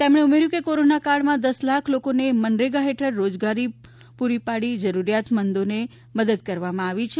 તેમણે ઉમેર્યું હતું કે કોરોનાકાળ માં દસ લાખ લોકોને મનરેગા હેઠળ રોજગારી પૂરી જરૂરિયાતમંદોને પૂરી પાડવામાં આવી છે